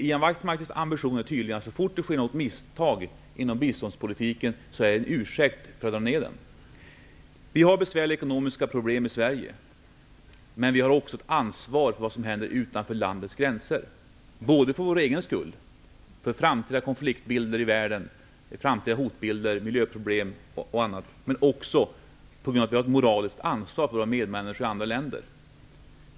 Ian Wachtmeisters ambition är tydligen att så fort det sker något misstag inom biståndspolitiken så är det en ursäkt för att dra ner på biståndet. Vi har besvärliga ekonomiska problem i Sverige. Men vi har också ett ansvar för vad som händer utanför landets gränser, både för vår egen skull vad gäller framtida konfliktbilder i världen, framtida hotbilder, miljöproblem m.m. och för att vi har ett moraliskt ansvar för våra medmänniskor i andra länder.